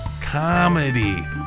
comedy